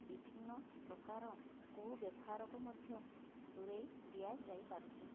ବିଭିନ୍ନ ପ୍ରକାର କୁବ୍ୟବହାରକୁ ମଧ୍ୟ ଦୂରେଇ ଦିଆଯାଇପାରୁଛି